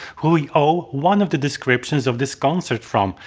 who we owe one of the descriptions of this concert from.